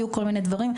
היו כל מיני דברים,